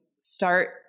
start